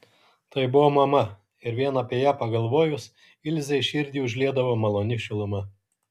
tai buvo mama ir vien apie ją pagalvojus ilzei širdį užliedavo maloni šiluma